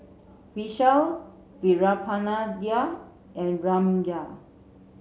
Vishal Veerapandiya and Ramnath